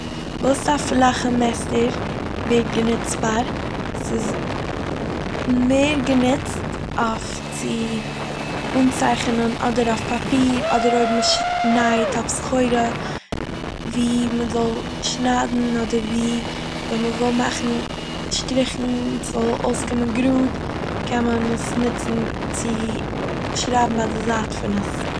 וואס א פלאכע מעסטער ווערט גענוצט פאר. ס'איז מער גענוצט אויף צו אנצייכענען אדער אויף פאפיר אדער אויב מ'ש- נייט אויף סחורה וואו מ'זאל שניידן אדער וואו- אויב מ'וואל מאכן שטריכן ס'זאל אויסקומען גראד קען מען עס נוצן צו שרייבן ביי די זייט פון עס.